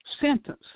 sentence